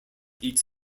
eats